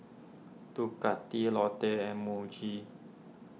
Ducati Lotte and Muji